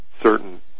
certain